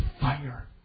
fire